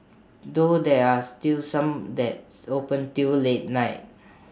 though there are still some that open till late night